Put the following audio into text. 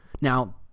Now